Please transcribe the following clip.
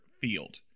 field